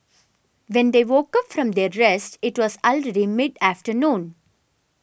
when they woke up from their rest it was already mid afternoon